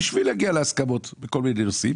בשביל להגיע להסכמות בכל מיני נושאים